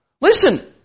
Listen